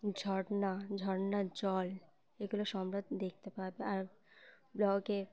ঝর্না ঝর্নার জল এগুলো সব দেখতে পাবে আর ব্লগে